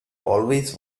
always